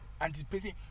anticipating